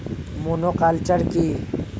Monoculture কি?